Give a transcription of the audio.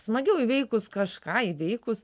smagiau įveikus kažką įveikus